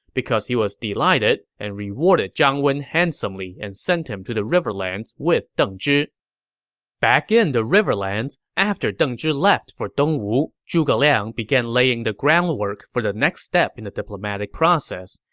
because he was delighted and rewarded zhang wen handsomely and sent him to the riverlands with deng zhi back in the riverlands, after deng zhi left for dongwu, zhuge liang began laying the groundwork for the next step in the diplomatic process.